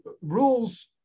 rules